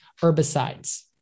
herbicides